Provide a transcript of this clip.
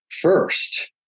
first